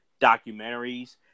documentaries